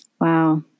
Wow